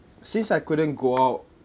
since I couldn't go out